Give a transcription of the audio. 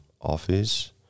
office